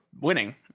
winning